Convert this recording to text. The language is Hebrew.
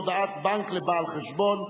הודעת בנק לבעל החשבון),